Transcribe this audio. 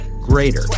greater